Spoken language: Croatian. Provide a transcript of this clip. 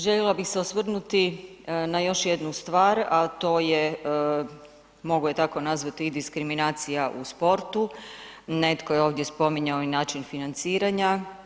Željela bih se osvrnuti na još jednu stvar a to je mogu je tako nazvati i diskriminacija u sportu, netko je ovdje spominjao i način financiranja.